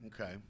Okay